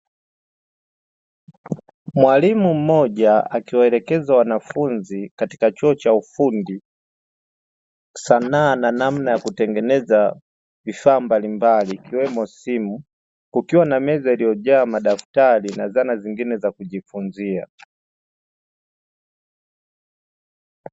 Mwalimu mmoja akiwaelekeza wanafunzi katika chuo cha ufundi, sanaa na namna ya kutengeneza vifaa mbalimbali ikiwemo simu, kukiwa na meza iliyojaa madaftari na dhana nyingine za kujifunzia.